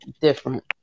different